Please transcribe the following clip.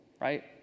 right